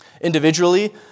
Individually